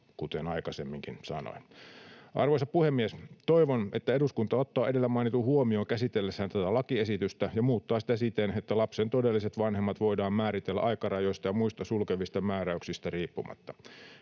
kuten aikaisemminkin sanoin. Arvoisa puhemies! Toivon, että eduskunta ottaa edellä mainitun huomioon käsitellessään tätä lakiesitystä ja muuttaa sitä siten, että lapsen todelliset vanhemmat voidaan määritellä aikarajoista ja muista sulkevista määräyksistä riippumatta.